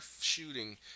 shooting